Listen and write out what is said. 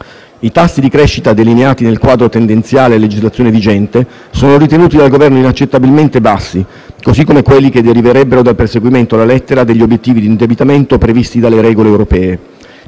I tassi di crescita delineati nel quadro tendenziale a legislazione vigente sono ritenuti dal Governo inaccettabilmente bassi, così come quelli che deriverebbero dal perseguimento alla lettera degli obiettivi di indebitamento previsti dalle regole europee.